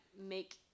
make